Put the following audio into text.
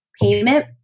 payment